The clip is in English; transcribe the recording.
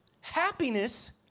happiness